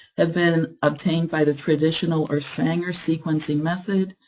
have been obtained by the traditional, or sanger, sequencing method.